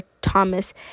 Thomas